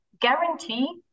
guarantee